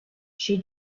she